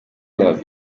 club